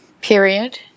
period